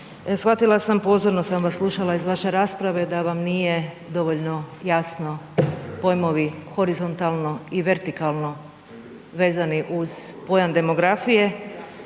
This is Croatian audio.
Shvatila sam, pozorno sam vas slušala, iz vaše rasprave da vam nije dovoljno jasno pojmovi horizontalno i vertikalno vezani uz pojam demografije,